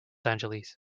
angeles